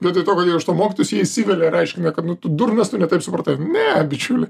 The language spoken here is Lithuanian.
vietoj to kad jie iš to mokytųsi jie įsivelia ir aiškina kad nu tu durnas tu ne taip supratai ne bičiuli